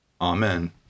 Amen